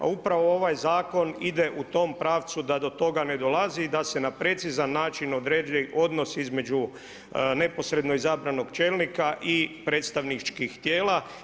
A upravo ovaj zakon ide u tom pravcu da do toga ne dolazi i da se na precizan način određuje odnos između neposredno izabranog čelnika i predstavničkih tijela.